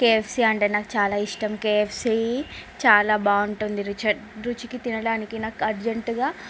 KFC అంటే నాకు చాలా ఇష్టం కేఎఫ్సీ చాలా బాగుంటుంది రుచి రుచికి తినడానికి నాకు అర్జంట్గా